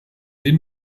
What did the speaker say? den